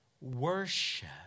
worship